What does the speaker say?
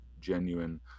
genuine